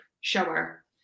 shower